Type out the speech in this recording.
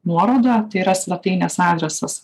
nuorodą tai yra svetainės adresas a koks tai yra svetainės